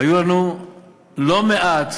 היו לנו לא מעט